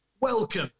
welcome